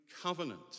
covenant